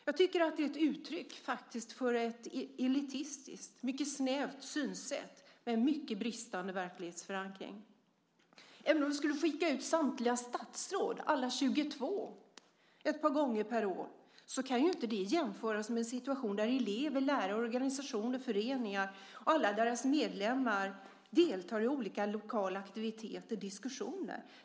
Det är faktiskt ett uttryck för ett elitistiskt, mycket snävt synsätt med mycket bristande verklighetsförankring. Även om man skulle skicka ut samtliga statsråd, alla 22, ett par gånger per år kan inte det jämföras med en situation där elever, lärare, organisationer, föreningar och alla deras medlemmar deltar i olika lokala aktiviteter och diskussioner.